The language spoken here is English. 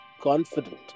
confident